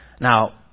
Now